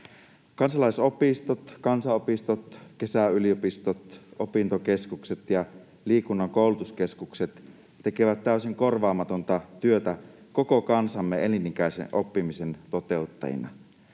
Kansalaisopistot, kansanopistot, kesäyliopistot, opintokeskukset ja liikunnan koulutuskeskukset tekevät täysin korvaamatonta työtä koko kansamme elinikäisen oppimisen toteuttajina.